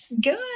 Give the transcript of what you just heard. Good